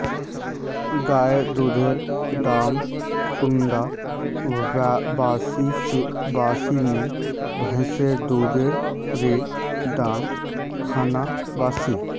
गायेर दुधेर दाम कुंडा बासी ने भैंसेर दुधेर र दाम खान बासी?